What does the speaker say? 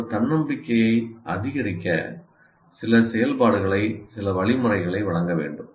ஒருவர் தன்னம்பிக்கையை அதிகரிக்க சில செயல்பாடுகளை சில வழிமுறைகளை வழங்க வேண்டும்